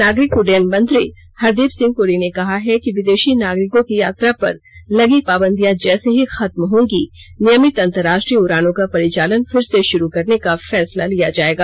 नागरिक उड्डयन मंत्री हरदीप सिंह पुरी ने कहा है कि विदेशी नागरिकों की यात्रा पर लगी पाबंदियां जैसे ही खत्म होंगी नियमित अंतरराष्ट्रीय उड़ानों का परिचालन फिर से शुरू करने का फैसला लिया जाएगा